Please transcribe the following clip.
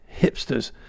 hipsters